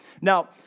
Now